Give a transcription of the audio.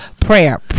prayer